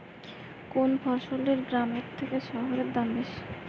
কোন ফসলের গ্রামের থেকে শহরে দাম বেশি?